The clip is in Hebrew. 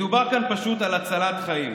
מדובר כאן פשוט על הצלת חיים,